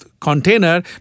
container